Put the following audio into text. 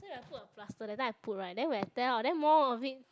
so if i put a plaster that time I put right then when I tear out then more of it